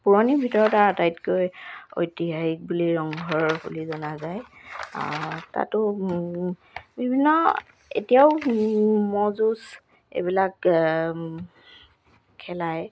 পুৰণিৰ ভিতৰত আৰ আটাইতকৈ ঐতিহাসিক বুলি ৰংঘৰৰ বুলি জনা যায় তাতো বিভিন্ন এতিয়াও ম'হ যুঁজ এইবিলাক খেলায়